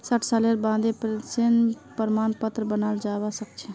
साठ सालेर बादें पेंशनेर प्रमाण पत्र बनाल जाबा सखछे